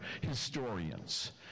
historians